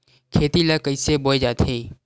खेती ला कइसे बोय जाथे?